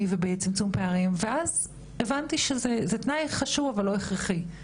ובצמצום פערים ואז הבנתי שזה תנאי חשוב אבל לא הכרחי.